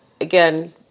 Again